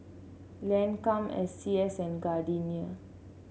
Lancome S C S and Gardenia